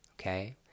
Okay